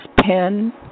pen